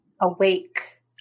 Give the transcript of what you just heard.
Awake